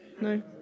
No